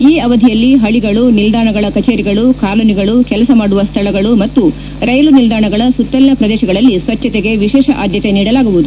ಈ ಅವಧಿಯಲ್ಲಿ ಹಳಿಗಳು ನಿಲ್ಲಾಣಗಳ ಕಚೇರಿಗಳು ಕಾಲೋನಿಗಳು ಕೆಲಸ ಮಾಡುವ ಸ್ಥಳಗಳು ನಿಲ್ಲಾಣಗಳು ಮತ್ತು ರೈಲು ನಿಲ್ದಾಣಗಳ ಸುತ್ತಲಿನ ಪ್ರದೇಶಗಳಲ್ಲಿ ಸ್ವಚ್ಛತೆಗೆ ವಿಶೇಷ ಆದ್ಯತೆ ನೀಡಲಾಗುವುದು